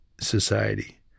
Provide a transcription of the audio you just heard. society